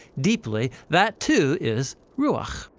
deeply, that too is, ruakh.